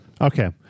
Okay